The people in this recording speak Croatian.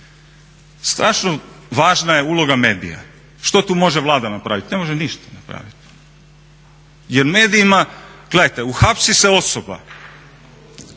medija. Važna je uloga medija. Što tu može Vlada napravit, ne može ništa napravit jer medijima, gledajte uhapsi se osoba,